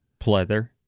Pleather